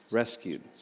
rescued